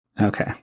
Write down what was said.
Okay